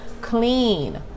clean